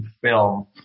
film